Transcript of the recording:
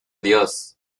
dios